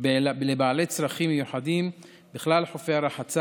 לבעלי צרכים מיוחדים בכלל חופי הרחצה